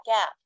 gap